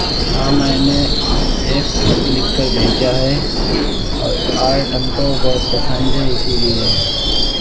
ہاں میں نے ایک خط لکھ کر بھیجا ہے اور آرٹ ہم کو بہت پسند ہے اسی لیے